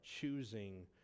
choosing